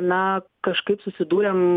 na kažkaip susidūrėm